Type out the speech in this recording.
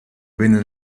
bene